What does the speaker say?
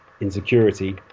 insecurity